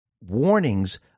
warnings